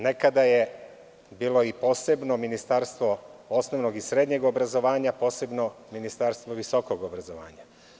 Nekada je bilo posebno ministarstvo osnovnog i srednjeg obrazovanja, a posebno ministarstvo visokog obrazovanja.